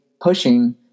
pushing